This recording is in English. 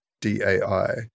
DAI